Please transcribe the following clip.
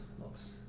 looks